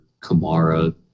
Kamara